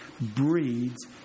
breeds